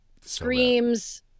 screams